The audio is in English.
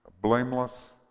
blameless